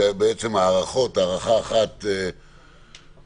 זה בעצם הארכות, הארכה אחת שנעשתה